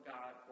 God